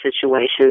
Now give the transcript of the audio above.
situations